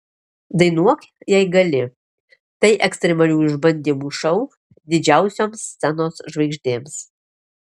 dainuok jei gali tai ekstremalių išbandymų šou didžiausioms scenos žvaigždėms